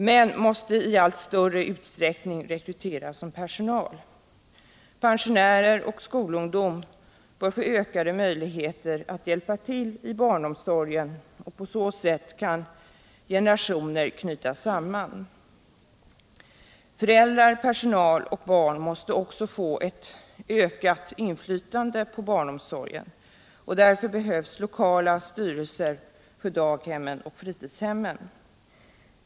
Män måste i allt större utsträckning rekryteras som personal. Pensionärer och skolungdom bör få ökade möjligheter att hjälpa till i barnomsorgen. På så sätt kan generationerna knytas samman. Föräldrar, personal och barn måste få ett ökat inflytande på barnomsorgen. Därför behövs lokala styrelser för daghemmen och fritidshemmen.